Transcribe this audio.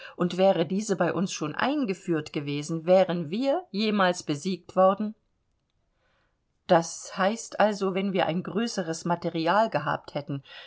und wäre diese bei uns schon eingeführt gewesen wären wir jemals besiegt worden das heißt also wenn wir ein größeres material gehabt hätten